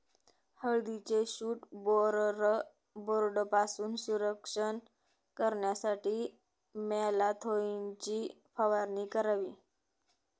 हळदीचे shoot borer बोर्डपासून संरक्षण करण्यासाठी मॅलाथोईनची फवारणी करावी